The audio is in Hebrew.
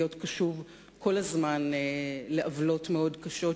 להיות קשוב כל הזמן לעוולות מאוד קשות,